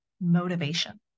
motivation